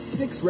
six